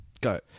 go